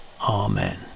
Amen